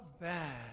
bad